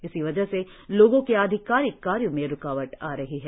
इसी वजह से लोगों के अधिकारिक कार्यों में रुकावट आ रही है